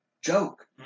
Joke